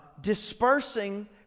dispersing